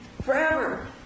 forever